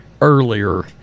earlier